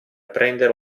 prendere